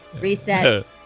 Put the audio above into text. reset